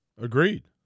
Agreed